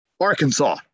Arkansas